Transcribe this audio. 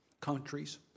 countries